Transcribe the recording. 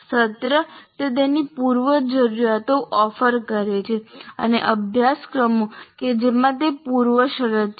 સત્ર તે તેની પૂર્વજરૂરીયાતો ઓફર કરે છે અને અભ્યાસક્રમો કે જેમાં તે પૂર્વશરત છે